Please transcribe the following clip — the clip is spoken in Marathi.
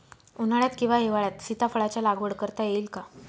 उन्हाळ्यात किंवा हिवाळ्यात सीताफळाच्या लागवड करता येईल का?